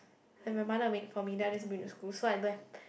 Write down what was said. and my mother will make for me then I'll just bring to school so I don't have